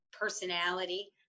personality